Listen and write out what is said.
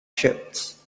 ships